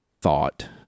thought